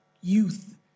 youth